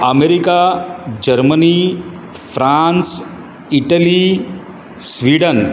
America Germany France Italy Sweden